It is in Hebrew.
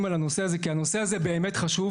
על הנושא הזה כי הנושא הזה הוא באמת חשוב.